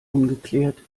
ungeklärt